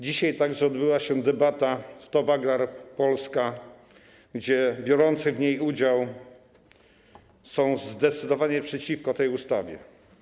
Dzisiaj także odbyła się debata w Top Agrar Polska, gdzie biorący w niej udział byli zdecydowanie przeciwko tej ustawie.